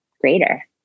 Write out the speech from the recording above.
greater